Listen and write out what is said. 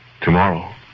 Tomorrow